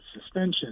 suspension